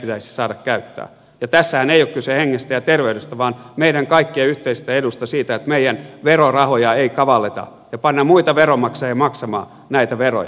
ja tässähän ei ole kyse hengestä ja terveydestä vaan meidän kaikkien yhteisestä edusta siitä että meidän verorahoja ei kavalleta ja panna muita veronmaksajia maksamaan näitä veroja